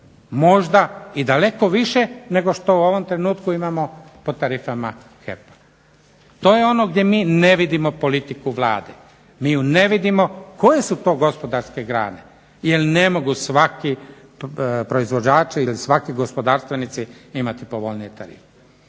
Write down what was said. možda daleko više nego što u ovom trenutku imamo u tarifama HEP-a. To je ono gdje mi ne vidimo politiku Vlade, mi ju ne vidimo koje su to gospodarske grane, jer ne mogu svaki proizvođači ili svaki gospodarstvenici imati povoljnije tarife.